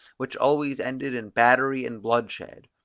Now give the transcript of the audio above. which always ended in battery and bloodshed.